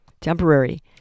temporary